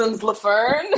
Lafern